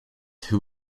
who